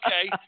Okay